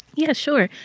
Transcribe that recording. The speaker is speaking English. yeah, sure.